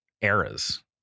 eras